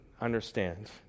understand